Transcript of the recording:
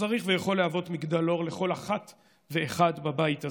שצריך ויכול להיות מגדלור לכל אחת ואחד בבית הזה: